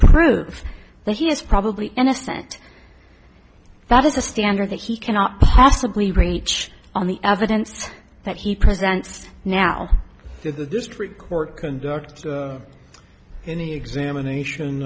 prove that he is probably innocent that is a standard that he cannot possibly reach on the evidence that he presents now to the district court conduct any examination